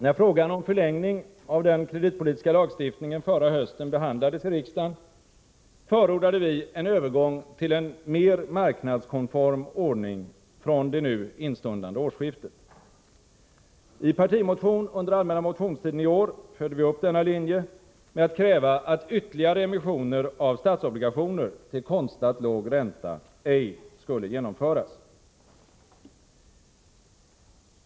När frågan om förlängning av den kreditpolitiska lagstiftningen förra hösten behandlades i riksdagen, förordade vi en övergång till en mer marknadskonform ordning från det nu instundande årsskiftet. I en partimotion under allmänna motionstiden i år följde vi upp denna linje med att kräva att ytterligare emissioner av statsobligationer till konstlat låg ränta ej skulle genomföras.